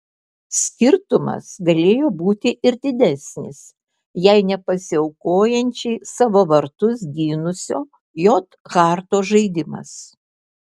skirtumas galėjo būti ir didesnis jei ne pasiaukojančiai savo vartus gynusio j harto žaidimas